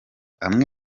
amwe